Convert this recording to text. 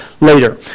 later